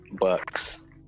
Bucks